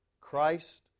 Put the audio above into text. Christ